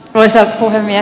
arvoisa puhemies